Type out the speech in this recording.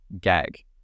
gag